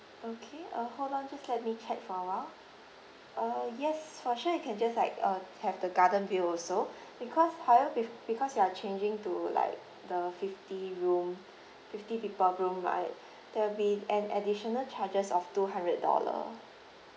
okay uh hold on just let me check for a while uh yes for sure you can just like uh have the garden view also because however with because you are changing to like the fifty room fifty people right there will be an additional charges of two hundred dollar